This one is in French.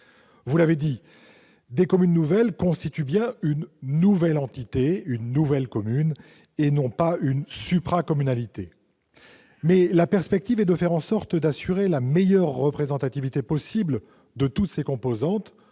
Vous l'avez dit, les communes nouvelles constituent bien de nouvelles entités, de nouvelles communes, et non une supracommunalité. Néanmoins, l'objectif est de faire en sorte d'assurer la meilleure représentativité possible de toutes ces composantes